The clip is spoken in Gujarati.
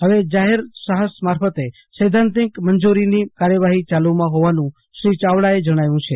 હવે જાહેર સાહસ મારફતે સૈધાંતિક મંજુરીથી કાર્યવાહી યાલુમાં હોવાનું શ્રી યાવડાને જણાવ્યું છે